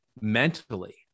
mentally